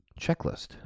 checklist